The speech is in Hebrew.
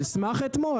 על סמך אתמול,